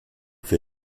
für